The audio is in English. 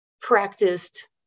practiced